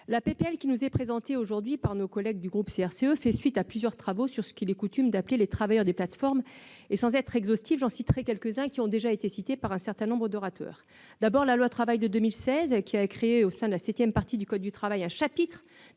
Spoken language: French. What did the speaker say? de loi qui nous est présentée aujourd'hui par les membres du groupe CRCE fait suite à plusieurs travaux sur ce qu'il est coutume d'appeler les « travailleurs des plateformes ». Sans chercher à être exhaustive, j'en citerai quelques-uns qui ont déjà été rappelés par des orateurs précédents : la loi Travail de 2016, qui a créé au sein de la septième partie du code du travail un chapitre